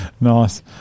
nice